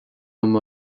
liom